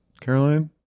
Caroline